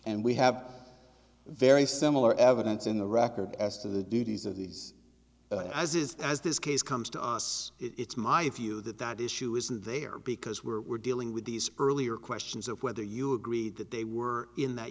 and we have very similar evidence in the record as to the duties of these as it is as this case comes to us it's my view that that issue isn't there because we're dealing with these earlier questions of whether you agree that they were in that